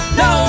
no